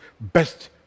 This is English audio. best